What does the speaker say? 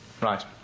Right